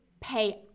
pay